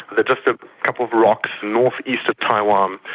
they are just a couple of rocks north-east of taiwan.